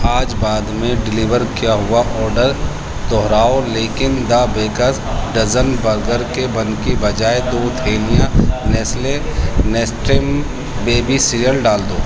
آج بعد میں ڈیلیور کیا ہوا آرڈر دہراؤ لیکن دا بیکرز ڈزن برگر کے بن کے بجائے دو تھیلیاں نیسلے نیسٹم بیبی سیریئل ڈال دو